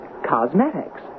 Cosmetics